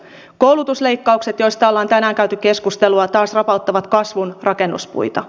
koulutusleikkaukset joista ollaan tänään käyty keskustelua taas rapauttavat kasvun rakennuspuita